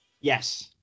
Yes